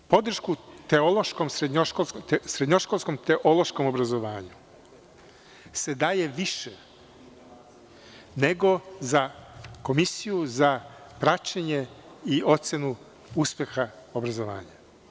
Za podršku srednjoškolskom teološkom obrazovanju se daje više nego za Komisiju za praćenje i ocenu uspeha obrazovanja.